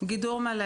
גידור מלא